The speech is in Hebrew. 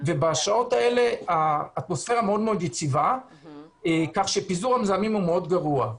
ובשעות האלה האטמוספרה יציבה מאוד כך שפיזור המזהמים הוא מאוד גרוע.